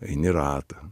eini ratą